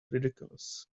ridiculous